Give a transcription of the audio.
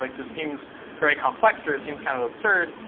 like this seems very complex or it seems kind of absurd,